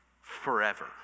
forever